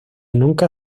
nunca